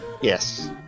yes